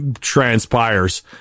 transpires